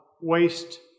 waste